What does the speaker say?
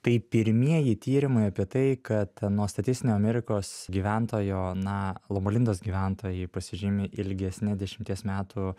tai pirmieji tyrimai apie tai kad nuo statistinio amerikos gyventojo na loma lindos gyventojai pasižymi ilgesne dešimties metų